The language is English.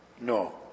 No